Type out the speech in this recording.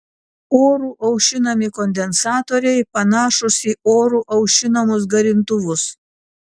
oru aušinami kondensatoriai panašūs į oru aušinamus garintuvus